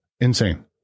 Insane